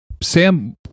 sam